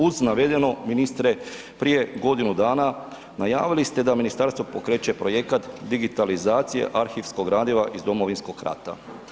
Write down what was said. Uz navedeno ministre, prije godinu dana najavili ste da ministarstvo pokreće projekat digitalizacije arhivskog gradiva iz Domovinskog rata.